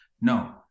No